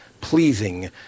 pleasing